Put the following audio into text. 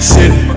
City